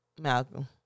Malcolm